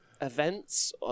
events